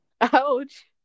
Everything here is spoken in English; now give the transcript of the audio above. Ouch